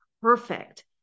perfect